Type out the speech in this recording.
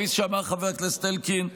כפי שאמר חבר הכנסת אלקין,